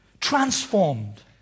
Transformed